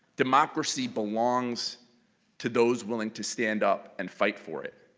democracy belongs to those willing to stand up and fight for it.